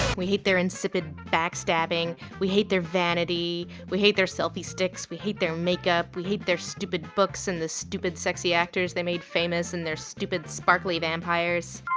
we hate their insipid backstabbing we hate their vanity we hate their selfie sticks we hate their makeup we hate their stupid books and the stupid sexy actors they made famous and their stupid sparkly vampires.